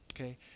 Okay